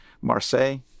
Marseille